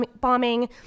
bombing